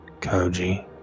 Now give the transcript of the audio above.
Koji